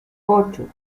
ocho